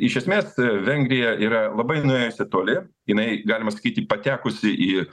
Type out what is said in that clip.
iš esmės vengrija yra labai nuėjusi toli jinai galima sakyti patekusi į